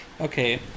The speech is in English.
Okay